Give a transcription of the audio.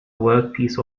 workpiece